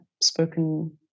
spoken